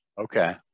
Okay